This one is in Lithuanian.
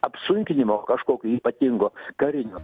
apsunkinimo kažkokio ypatingo karinio